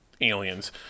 aliens